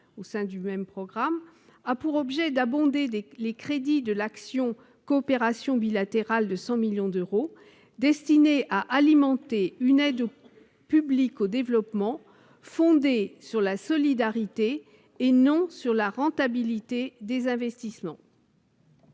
au sein du même programme. Il a donc pour objet d'augmenter les crédits de l'action Coopération bilatérale de 100 millions d'euros destinés à alimenter une aide publique au développement fondée sur la solidarité, et non sur la rentabilité des investissements.